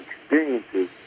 experiences